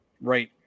right